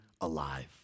alive